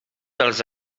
dels